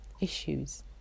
issues